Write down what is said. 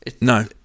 No